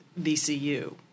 VCU